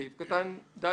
בסעיף קטן (ד)(3),